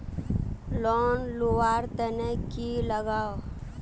Loan लुवा र तने की लगाव?